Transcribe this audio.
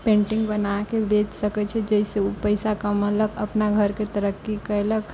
painting बना कऽ बेच सकै छै जाहिसँ ओ पैसा कमेलक अपना घरके तरक्की कयलक